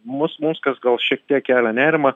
mus mums kas gal šiek tiek kelia nerimą